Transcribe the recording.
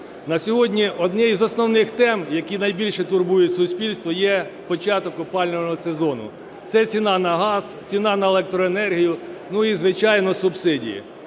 На сьогодні однією із основних тем, які найбільше турбують суспільство, є початок опалювального сезону. Це ціна на газ, ціна на електроенергію, ну і, звичайно, субсидії.